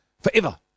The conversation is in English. forever